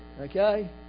okay